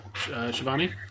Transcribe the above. Shivani